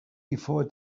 before